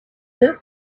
this